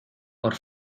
por